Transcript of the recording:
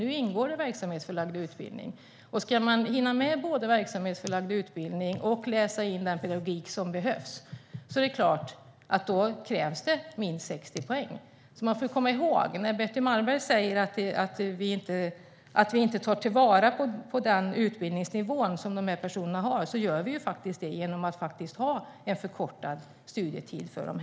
Nu ingår det, och ska man hinna med både verksamhetsförlagd utbildning och läsa in den pedagogik som behövs är det klart att det krävs minst 60 poäng. Betty Malmberg säger att vi inte tar vara på den utbildningsnivå som dessa personer har, men det gör vi faktiskt genom att ha en förkortad studietid för dem.